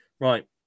Right